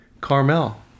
Carmel